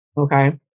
Okay